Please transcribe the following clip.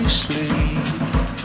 sleep